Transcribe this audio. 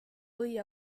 või